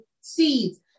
seeds